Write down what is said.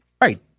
Right